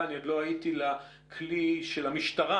כשאני עוד לא הייתי כאן לכלי של המשטרה,